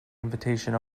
invitation